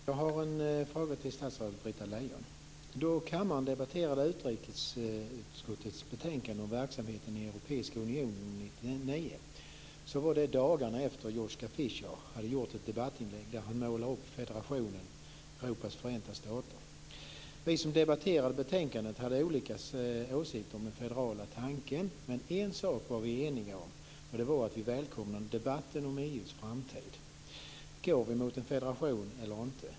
Fru talman! Jag har en fråga till statsrådet Britta var det dagarna efter Joschka Fischer hade gjort ett debattinlägg där han målade upp federationen, Europas förenta stater. Vi som debatterade betänkandet hade olika åsikter om den federala tanken, men en sak var vi eniga om och det var att vi välkomnade debatten om EU:s framtid. Går vi mot en federation eller inte?